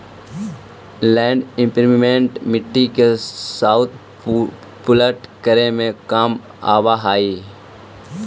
land imprinter मिट्टी के उलट पुलट करे में काम आवऽ हई